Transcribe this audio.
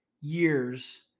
years